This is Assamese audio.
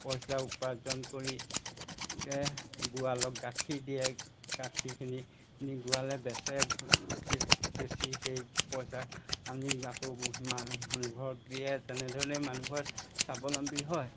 পইচা উপাৰ্জন কৰি গোৱালক গাখীৰ দিয়ে গাখীৰখিনি নি গোৱালে বেচে বেচি সেই পইচা আনি আকৌ মানুহঘৰক দিয়ে তেনেধৰণে মানুহঘৰ স্বাৱলম্বী হয়